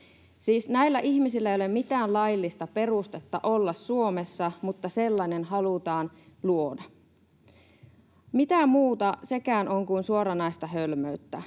näillä ihmisillä ei ole mitään laillista perustetta olla Suomessa, mutta sellainen halutaan luoda. Mitä muuta sekään on kuin suoranaista hölmöyttä?